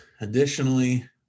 additionally